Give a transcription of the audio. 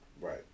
Right